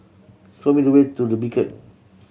show me the way to The Beacon